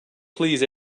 please